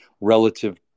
relative